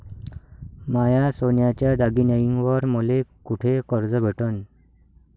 माया सोन्याच्या दागिन्यांइवर मले कुठे कर्ज भेटन?